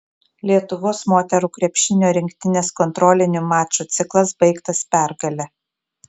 lietuvos moterų krepšinio rinktinės kontrolinių mačų ciklas baigtas pergale